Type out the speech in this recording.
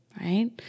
right